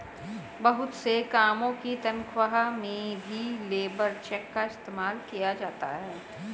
बहुत से कामों की तन्ख्वाह में भी लेबर चेक का इस्तेमाल किया जाता है